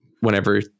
Whenever